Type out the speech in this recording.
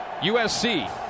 USC